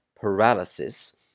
paralysis